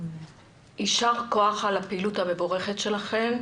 יישר כח על הפעילות המבורכת שלכם.